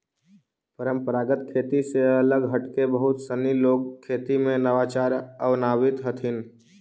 परम्परागत खेती से अलग हटके बहुत सनी लोग खेती में नवाचार अपनावित हथिन